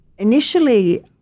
Initially